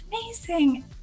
amazing